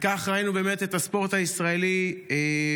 ככה ראינו באמת את הספורט הישראלי במיטבו.